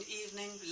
evening